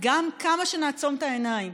כמה שנעצום את העיניים,